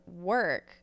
work